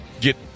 get